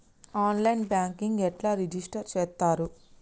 On line banking ఎట్లా register చేత్తరు?